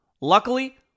Luckily